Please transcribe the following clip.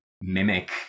mimic